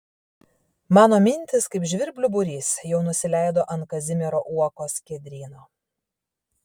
mano mintys kaip žvirblių būrys jau nusileido ant kazimiero uokos skiedryno